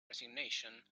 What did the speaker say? resignation